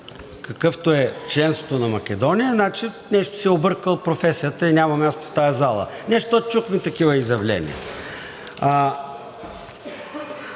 какъвто е членството на Македония, значи нещо си е объркал професията и няма място в тази зала. (Реплика.) Не, защото чухме такива изявления.